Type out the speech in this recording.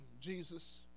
Jesus